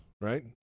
right